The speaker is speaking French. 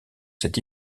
cet